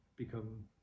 Become